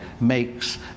makes